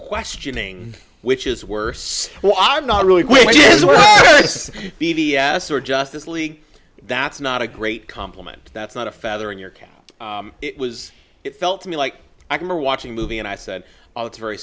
questioning which is worse well i'm not really what you want b b s or justice league that's not a great compliment that's not a feather in your cap it was it felt to me like i remember watching a movie and i said oh it's very